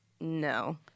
No